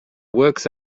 works